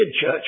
church